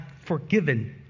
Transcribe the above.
forgiven